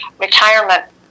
retirement